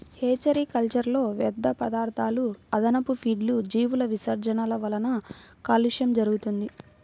hatchery కల్చర్లో వ్యర్థపదార్థాలు, అదనపు ఫీడ్లు, జీవుల విసర్జనల వలన కాలుష్యం జరుగుతుంది